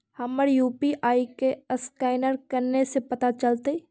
हमर यु.पी.आई के असकैनर कने से पता चलतै?